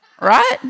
Right